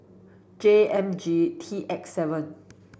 J M G T X seven